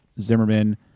Zimmerman